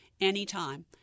anytime